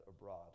abroad